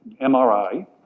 MRI